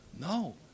No